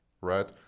right